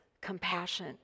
compassion